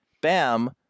Bam